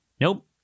Nope